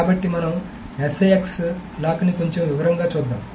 కాబట్టి మనం SIX లాక్ని కొంచెం వివరంగా చూద్దాం